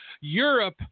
Europe